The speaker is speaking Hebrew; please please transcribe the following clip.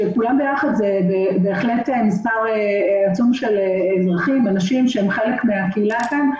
וכולם ביחד זה בהחלט מספר עצום של אזרחים ואנשים שהם חלק מהקהילה כאן.